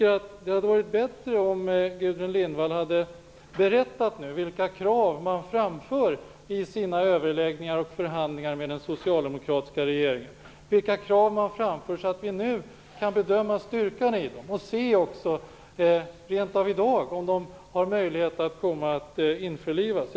Det hade varit bättre om Gudrun Lindvall hade berättat vilka krav Miljöpartiet framför i sina överläggningar och förhandlingar med den socialdemokratiska regeringen så att vi nu kan bedöma styrkan i dem. Vi kanske rent av i dag kan se om de har möjlighet att komma att införlivas i lagstiftningen.